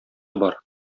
бар